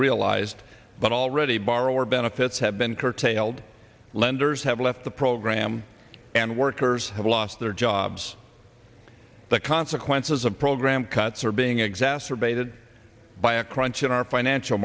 realized but already borrower benefits have been curtailed lenders have left the program and workers have lost their jobs the consequences of program cuts are being exacerbated by a crunch in our financial